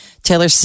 Taylor